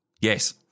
Yes